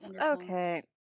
Okay